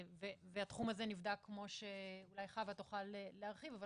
והתחום הזה נבדק, כמו שאולי חווה תוכל להרחיב, אבל